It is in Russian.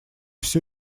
все